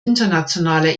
internationaler